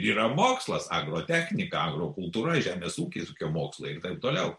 yra mokslas agrotechniką agrokultūra žemės ūkis ūkio mokslai ir taip toliau